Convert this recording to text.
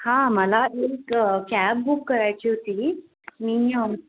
हां मला एक कॅब बुक करायची होती मी